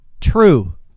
True